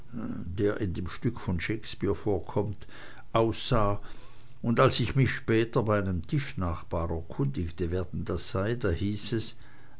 der in dem stück von shakespeare vorkommt aussah und als ich mich später bei einem tischnachbar erkundigte wer denn das sei da hieß es